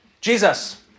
Jesus